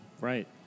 Right